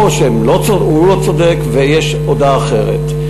או שהוא לא צודק ויש הודעה אחרת.